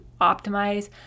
optimize